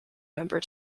member